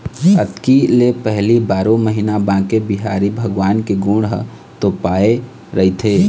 अक्ती ले पहिली बारो महिना बांके बिहारी भगवान के गोड़ ह तोपाए रहिथे